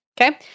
Okay